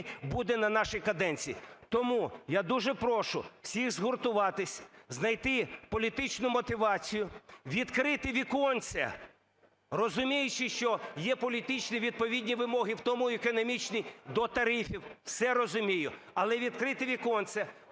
буде на нашій каденції. Тому я дуже прошу всіх згуртуватись, знайти політичну мотивацію, відкрити віконце, розуміючи, що є політичні відповідні вимоги, в тому… і економічні до тарифів, все розумію. Але відкрийте віконце,